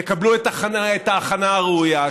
יקבלו את ההכנה הראויה,